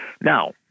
Now